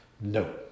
No